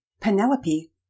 Penelope